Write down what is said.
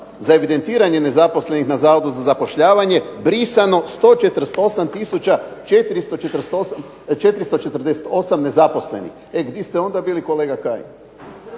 za evidentiranje nezaposlenih na Zavodu za zapošljavanje brisano 148 tisuća 448 nezaposlenih. E di ste onda bili kolega Kajin.